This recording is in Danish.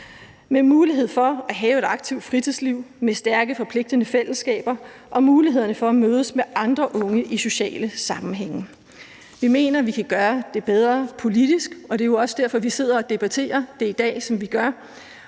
med mulighed for at have et aktivt fritidsliv med stærke forpligtende fællesskaber og muligheder for at mødes med andre unge i sociale sammenhænge. Vi mener, at vi kan gøre det bedre politisk, og det er jo også derfor, vi sidder og debatterer det i dag, som vi gør.